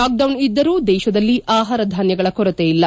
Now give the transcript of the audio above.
lockdown ಇದ್ದರೂ ದೇಶದಲ್ಲಿ ಆಹಾರ ಧಾನ್ಗಗಳ ಕೊರತೆ ಇಲ್ಲ